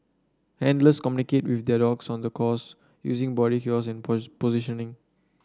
handlers communicate with their dogs on the course using body cures and positioning